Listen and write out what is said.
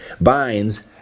binds